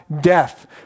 death